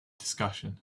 discussion